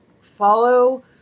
follow